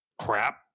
crap